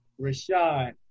Rashad